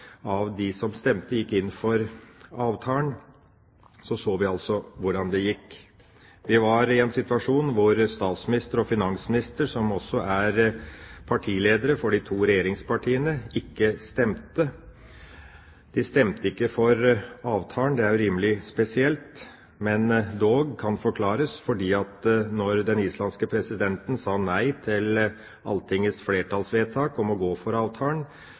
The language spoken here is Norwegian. av dem som stemte, gikk inn for avtalen, så vi altså hvordan det gikk. Det var i en situasjon hvor statsministeren og finansministeren, som også er partiledere for de to regjeringspartiene, ikke stemte. De stemte ikke for avtalen. Det er jo rimelig spesielt, men kan dog forklares, for når den islandske presidenten sa nei til Alltingets flertallsvedtak om å gå for avtalen,